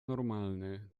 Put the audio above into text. normalny